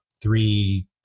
three